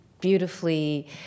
beautifully